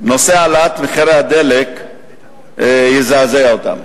נושא העלאת מחירי הדלק לא יזעזע אותם.